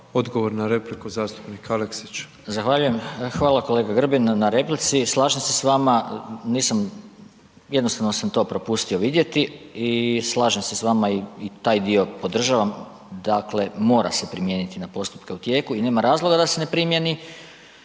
Odgovor na repliku, zastupnik Aleksić. **Aleksić, Goran (SNAGA)** Zahvaljujem, Hvala kolega Grbin na replici, slažem se s vama, nisam, jednostavno sam to propustio vidjeti i slažem se s vama, i taj dio podržavam, dakle mora se primijeniti na postupke u tijeku i nema razloga da se ne primjeni